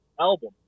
album